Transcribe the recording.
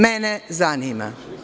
Mene zanima.